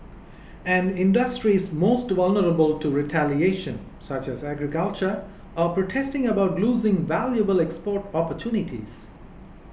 and industries most vulnerable to retaliation such as agriculture are protesting about losing valuable export opportunities